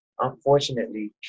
unfortunately